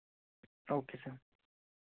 okay sir